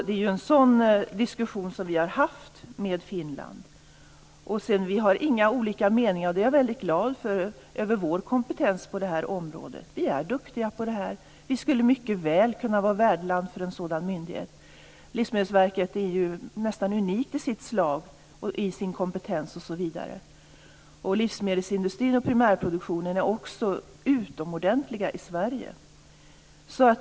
Det är en sådan diskussion som vi har fört med Finland. Vi har inga olika meningar, och det är jag väldigt glad för, när det gäller Sveriges kompetens på det här området. Vi är duktiga på detta, och Sverige skulle mycket väl kunna vara värdland för en sådan här myndighet. Livsmedelsverket är nästan unikt i sitt slag med sin kompetens osv. Livsmedelsindustrin och primärproduktionen är också utomordentlig i Sverige.